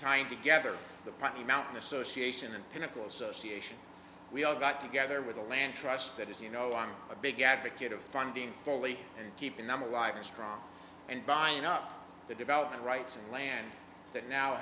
tying together the party mountain association and pinnacles r c a sure we all got together with the land trust that is you know i'm a big advocate of funding fully and keeping them alive and strong and buying up the development rights and land that now